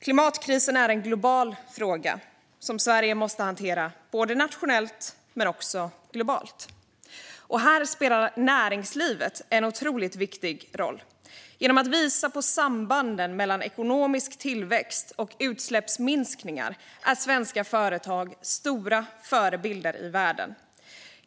Klimatkrisen är en global fråga som Sverige måste hantera inte bara nationellt utan också globalt. Här spelar näringslivet en otroligt viktig roll. Genom att visa på sambanden mellan ekonomisk tillväxt och utsläppsminskningar är svenska företag stora förebilder i världen.